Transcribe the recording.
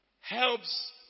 helps